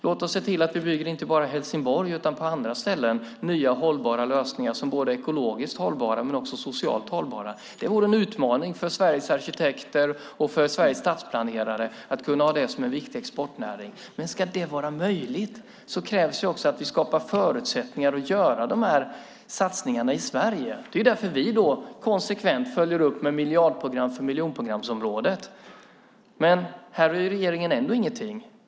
Låt oss se till att inte bara i Helsingborg utan också på andra ställen bygga nya lösningar som är både ekologiskt och socialt hållbara. Att ha det som en viktig exportnäring vore en utmaning för Sveriges arkitekter och stadsplanerare, men om det ska vara möjligt krävs också att vi skapar förutsättningar för att göra dessa satsningar i Sverige. Det är därför vi konsekvent följer upp med miljardprogram för miljonprogramsområdet. Regeringen gör ingenting.